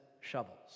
shovels